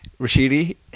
Rashidi